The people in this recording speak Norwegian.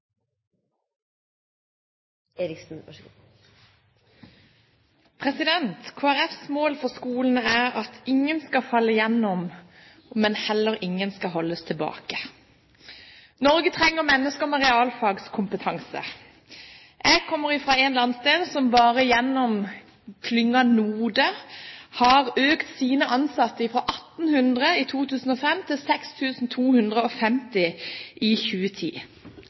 at ingen skal falle igjennom, men at heller ingen skal holdes tilbake. Norge trenger mennesker med realfagskompetanse. Jeg kommer fra en landsdel der klyngen NODE har økt antall ansatte, fra 1 800 i 2005 til 6 250 i 2010.